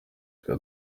reka